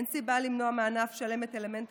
אין סיבה למנוע מענף שלם את אלמנט